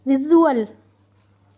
visual